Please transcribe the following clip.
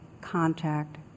contact